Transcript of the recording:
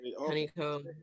honeycomb